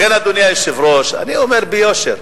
לכן, אדוני היושב-ראש, אני אומר ביושר: